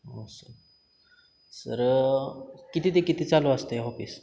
हो sir sir किती ते किती चालू असतं आहे हॉपिस